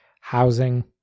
housing